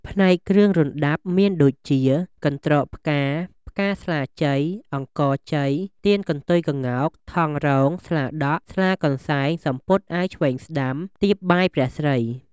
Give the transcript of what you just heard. ផ្នែកគ្រឿងរណ្តាប់ មានដូចជា កន្ត្រកផ្កា ផ្កាស្លាជ័យ អង្ករជ័យ ទៀនកន្ទុយក្ងោក ថង់រង ស្លាដក់ ស្លាកន្សែង សំពត់អាវឆ្វេងស្តាំ តៀបបាយព្រះស្រី។